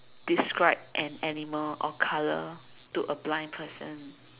describe an animal or colour to a blind person